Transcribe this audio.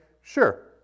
sure